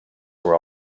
were